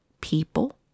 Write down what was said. people